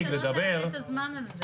חשוב לי שלא תאבד את הזמן הזה.